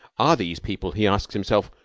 are these people, he asks himself,